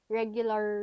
regular